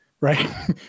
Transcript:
Right